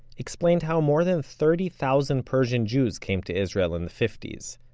explained how more than thirty thousand persian jews came to israel in the fifty s,